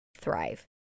thrive